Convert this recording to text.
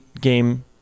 game